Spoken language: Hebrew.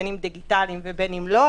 בין אם דיגיטליים ובין אם לא,